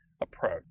Approach